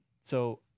So-